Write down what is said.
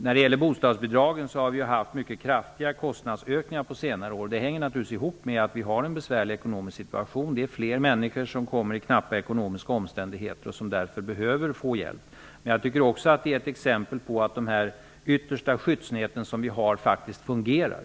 När det gäller bostadsbidragen har vi haft mycket kraftiga kostnadsökningar under senare år. Det sammanhänger naturligtvis med att vi har en besvärlig ekonomisk situation. Fler människor hamnar i knappa ekonomiska omständigheter och behöver därför få hjälp. Men jag tycker också att det är ett exempel på att de yttersta skyddsnät som vi har faktiskt fungerar.